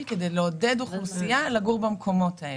כדי לעודד אוכלוסייה לגור במקומות האלה.